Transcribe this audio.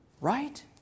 Right